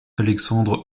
alexandre